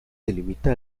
limita